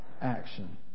action